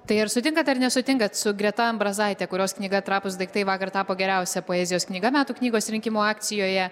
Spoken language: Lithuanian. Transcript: tai ar sutinkat ar nesutinkat su greta ambrazaitė kurios knyga trapūs daiktai vakar tapo geriausia poezijos knyga metų knygos rinkimų akcijoje